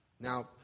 Now